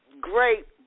great